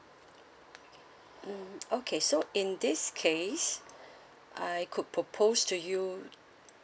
mm okay so in this case I could propose to you